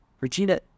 Regina